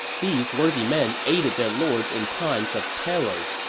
these worthy men aided their lords in times of peril.